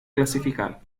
clasificar